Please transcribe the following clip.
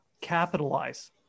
capitalize